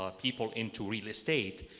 ah people into real estate,